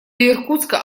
иркутска